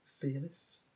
Fearless